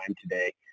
today